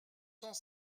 sans